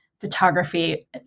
photography